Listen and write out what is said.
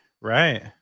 right